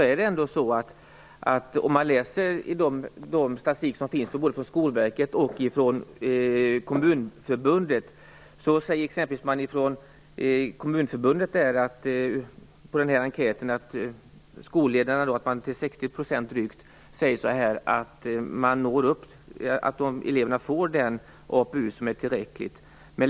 Om man studerar statistik som finns både från Skolverket och från Kommunförbundet, finner man exempelvis när det gäller Kommunförbundets enkät att drygt 60 % av skolledarna säger att eleverna får tillräcklig APU.